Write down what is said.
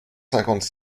cinquante